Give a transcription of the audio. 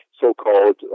so-called